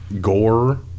gore